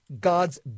God's